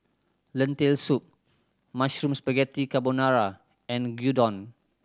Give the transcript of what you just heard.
Lentil Soup Mushroom Spaghetti Carbonara and Gyudon